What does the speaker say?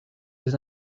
des